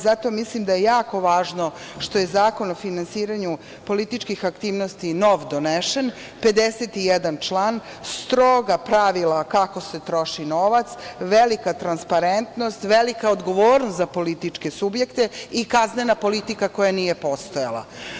Zato mislim da je jako važno što je Zakon o finansiranju političkih aktivnosti nov donesen, 51 član, stroga pravila kako se troši novac, velika transparentnost, velika odgovornost za političke subjekte i kaznena politika, koja nije postojala.